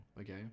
okay